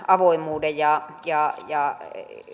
avoimuuden ja ja